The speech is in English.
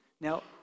Now